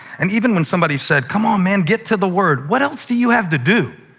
and even when somebody said, come on, man get to the word, what else do you have to do?